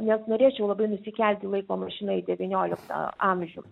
nes norėčiau labai nusikelti laiko maišina į devynioliktą amžių